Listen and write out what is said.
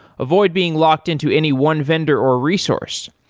avoid being locked into any one vendor or resource.